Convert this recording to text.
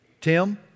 Tim